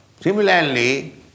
Similarly